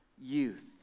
youth